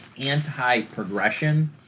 anti-progression